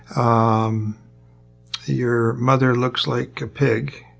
um your mother looks like a pig.